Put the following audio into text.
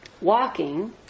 walking